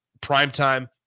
primetime